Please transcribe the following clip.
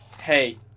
Hey